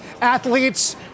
athletes